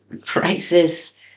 crisis